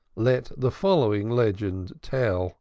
let the following legend tell